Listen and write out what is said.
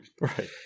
Right